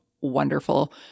wonderful